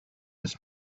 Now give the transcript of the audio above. this